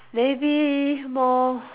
maybe more